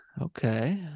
okay